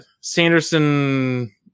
Sanderson